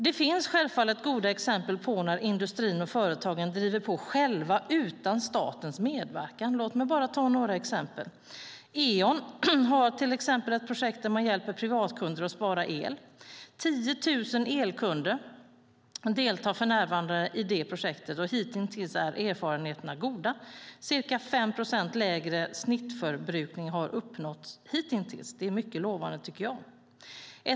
Det finns självfallet goda exempel på att industrin och företagen driver på själva utan statens medverkan. Låt mig bara ta några exempel: Eon har ett projekt där man hjälper privatkunder att spara el. 10 000 elkunder deltar för närvarande i projektet. Hitintills är erfarenheterna goda - ca 5 procent lägre snittförbrukning har uppnåtts. Det är mycket lovande, tycker jag.